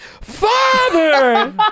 Father